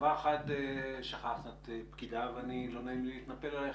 דבר אחד שכחת את פקידה ולא נעים לי להתנפל עליך